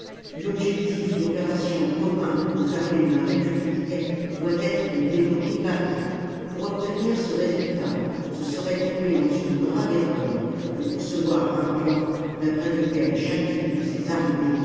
l'objectif d'opérations commun aux armées de la république doit être de débloquer paris pour obtenir ce la commune résultat ce serait tomber dans une grave erreur que concevoir un plan d'après lequel chacune de ces armées